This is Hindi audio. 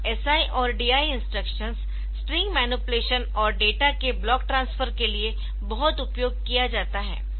यह SI और DI इंस्ट्रक्शंस स्ट्रिंग मैनीपुलेशन और डेटा के ब्लॉक ट्रांसफर के लिए बहुत उपयोग किया जाता है